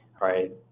right